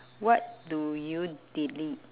what do you delete